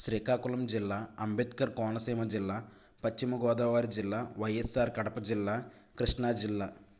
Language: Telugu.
శ్రీకాకుళం జిల్లా అంబేద్కర్ కోనసీమ జిల్లా పశ్చిమగోదావరి జిల్లా వైయస్ఆర్ కడప జిల్లా కృష్ణా జిల్లా